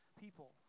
people